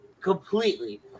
Completely